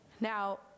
Now